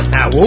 Now